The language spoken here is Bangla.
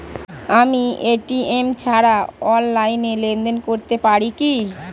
আমি এ.টি.এম ছাড়া অনলাইনে লেনদেন করতে পারি কি?